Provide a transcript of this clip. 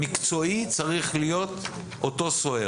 המקצועי צריך להיות אותו סוהר.